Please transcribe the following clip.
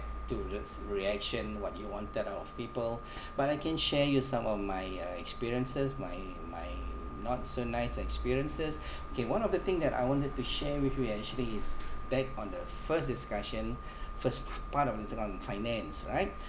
to the s~ reaction what you wanted out of people but I can share you some of my uh experiences my my not so nice experiences okay one of the thing that I wanted to share with you actually is back on the first discussion first f~ part of it's about finance right